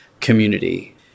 community